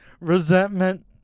Resentment